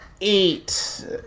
eight